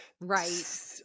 Right